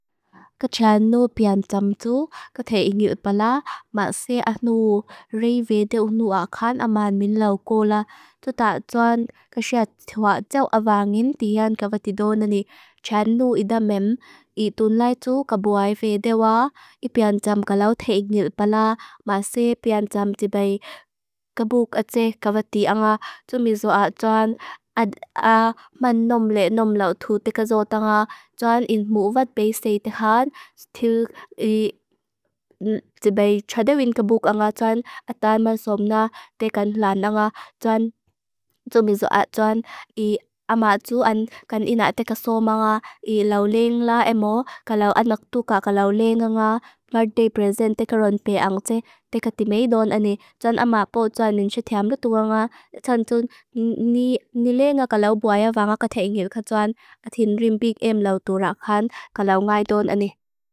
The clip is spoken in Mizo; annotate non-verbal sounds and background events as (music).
Kachan nu piantam tu, kathe igniut pala, ma se atnu rei vede unua khan aman min lau kola. Tuta atoan kachat thua tseo avangin tian kavati doonani, chan nu idam meam, itunlai tu kabuai vede wa, i piantam kalau the igniut pala, ma se piantam tibai. Kabu kate kavati anga, tumizo atoan ad (hesitation) a man nom le nom lau thutikazot anga, chan in muvatpe se te khan, til (hesitation) tibai tradewin kabuk anga chan, atan ma somna tekan lana anga, chan tumizo (hesitation) atoan, i ama tuan kan inatekasom anga, i lau leeng la emo, kalau anak tuka kalau leeng anga, birthday present tekaron pe ang tse, teka timei doonani, chan ama po chan ninchatiam lutu anga, chan tun ni leeng a kalau buaya vanga kathe igniut kachan, kathin rimpik em lau tura khan, kalau ngai doonani.